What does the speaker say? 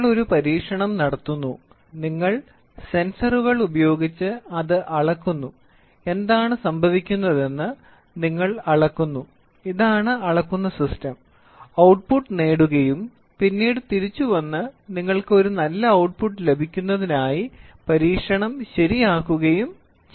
നിങ്ങൾ ഒരു പരീക്ഷണം നടത്തുന്നു നിങ്ങൾ സെൻസറുകൾ ഉപയോഗിച്ച് അത് അളക്കുന്നു എന്താണ് സംഭവിക്കുന്നതെന്ന് നിങ്ങൾ അളക്കുന്നു ഇതാണ് അളക്കുന്ന സിസ്റ്റം ഔട്ട്പുട്ട് നേടുകയും പിന്നീട് തിരിച്ചുവന്ന് നിങ്ങൾക്ക് ഒരു നല്ല ഔട്ട്പുട്ട് ലഭിക്കുന്നതിനായി പരീക്ഷണം ശരിയാക്കുകയും ചെയ്യാം